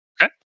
okay